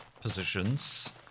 positions